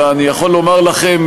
אלא אני יכול לומר לכם,